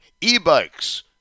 e-bikes